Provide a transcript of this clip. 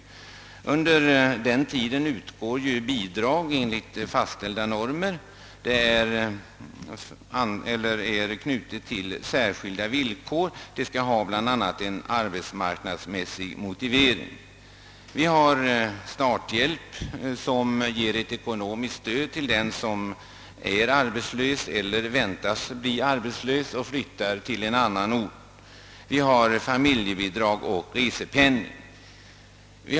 Under omskolningstiden lämnas bidrag enligt fastställda normer och under särskilda villkor. Omskolningen skall bl.a. ha en arbetsmarknadsmässig motivering. Vi har infört statshjälp, som innebär att ekonomiskt stöd utgår till den som är arbetslös eller väntas bli arbetslös och flyttar till en annan ort. Vidare betalas familjebidrag och resepenning.